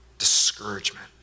discouragement